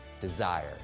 desire